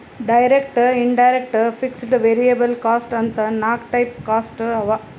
direct, indirect, fixed, variable cost ಅಂತ್ ನಾಕ್ type cost ಅವಾ